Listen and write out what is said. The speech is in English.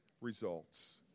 results